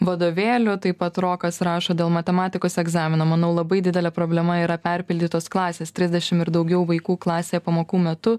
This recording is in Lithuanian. vadovėlių taip pat rokas rašo dėl matematikos egzamino manau labai didelė problema yra perpildytos klasės trisdešim ir daugiau vaikų klasėje pamokų metu